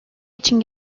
için